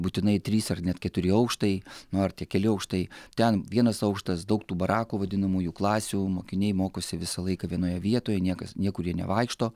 būtinai trys ar net keturi aukštai nu ar tie keli aukštai ten vienas aukštas daug tų barakų vadinamųjų klasių mokiniai mokosi visą laiką vienoje vietoje niekas niekur jie nevaikšto